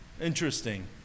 Interesting